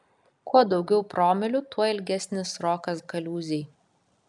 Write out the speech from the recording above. kuo daugiau promilių tuo ilgesnis srokas kaliūzėj